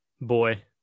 boy